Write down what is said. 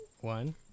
one